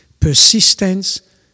Persistence